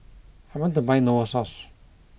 I want to buy Novosource